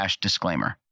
disclaimer